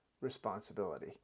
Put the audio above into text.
responsibility